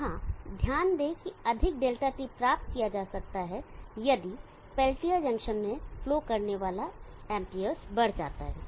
यहां ध्यान दें कि अधिक Δt प्राप्त किया जा सकता है यदि पेल्टियर जंक्शन में फ्लो करने वाला Amps बढ़ जाता है